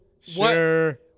Sure